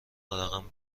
رقم